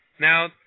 Now